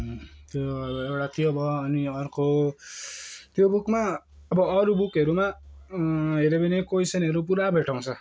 त्यो एउटा त्यो भयो अनि अर्को त्यो बुकमा अब अरू बुकहरूमा हेऱ्यो भने कोइसनहरू पुरा भेटाउँछ